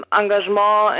engagement